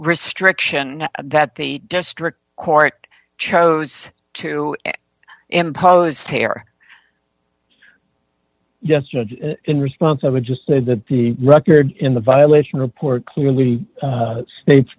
restriction that the district court chose to impose terror just in response i would just say that the records in the violation report clearly states